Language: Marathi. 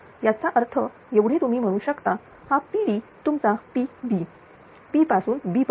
याचा अर्थ एवढे तुम्ही काय म्हणू शकता हा PD हा तुमचा PB P पासून B पर्यंत